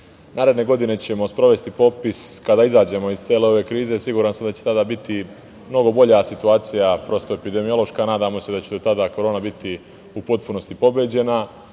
naredne godine ćemo sprovesti popis kada izađemo iz cele ove krize. Siguran sam da će tada biti mnogo bolja situacija prosto epidemiološka, a nadamo se da će do tada Korona biti u potpunosti pobeđena